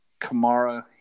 Kamara